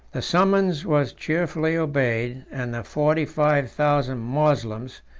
the summons was cheerfully obeyed, and the forty-five thousand moslems,